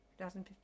2015